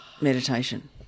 meditation